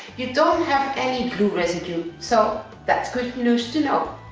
you don't have any glue residue. so, that's good news to know.